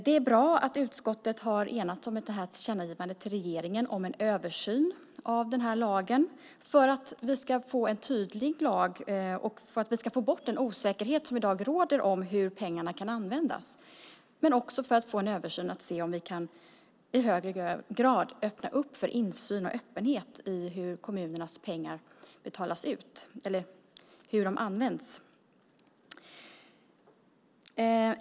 Det är bra att utskottet har enats om det här tillkännagivandet till regeringen om en översyn av den här lagen för att vi ska få en tydlig lag och för att vi ska få bort den osäkerhet som i dag råder om hur pengarna kan användas men också för att se om vi i högre grad kan öppna för insyn och öppenhet när det gäller hur kommunernas pengar används.